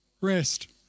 rest